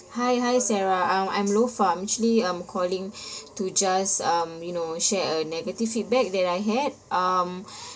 hi hi sarah I'm I'm lofa I'm actually um calling to just um you know share a negative feedback that I had um